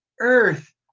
Earth